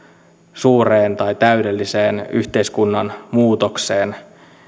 suureen tai täydelliseen yhteiskunnan muutokseen